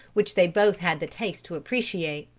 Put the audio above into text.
which they both had the taste to appreciate.